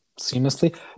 seamlessly